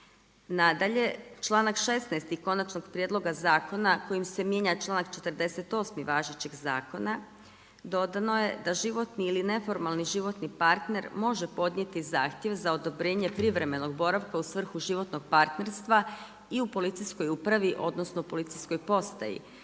Nadalje, članak 16. konačnog prijedloga zakona kojim se mijenja članak 48. važećeg zakona, dodano je da život ili neformalni životni partner može podnijeti zahtjev za odobrenje privremenog boravka u svrhu životnog partnerstva i u policijskom upravi odnosno policijskoj postaji,